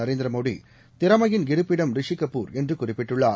நரேந்திரமோடி திறமையின் இருப்பிடம் என்றுகுறிப்பிட்டுள்ளார்